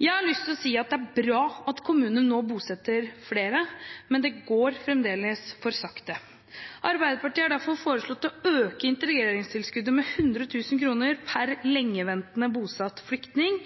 Jeg har lyst til å si at det er bra at kommunene nå bosetter flere, men det går fremdeles for sakte. Arbeiderpartiet har derfor foreslått å øke integreringstilskuddet med 100 000 kr per lengeventende bosatt flyktning